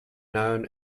known